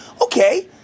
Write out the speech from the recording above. Okay